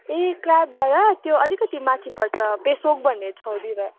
ए क्राप डाँडा त्यो अलिकति माथि पर्छ पेसोक भन्ने ठाउँतिर